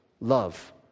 love